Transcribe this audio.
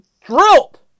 drilled